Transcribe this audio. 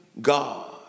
God